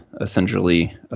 essentially